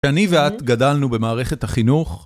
אני ואת גדלנו במערכת החינוך